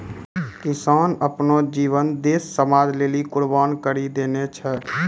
किसान आपनो जीवन देस समाज लेलि कुर्बान करि देने छै